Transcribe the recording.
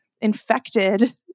infected